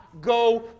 go